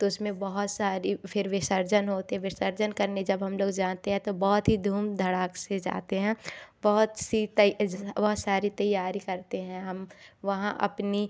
तो उसमें बहुत सारी फिर विसर्जन होती है विसर्जन करने जब हम लोग जाते हैं तो बहुत ही धूम धड़ाके से जाते हैं बहुत सी तै बहुत सारी तैयारी करते हैं हम वहाँ अपनी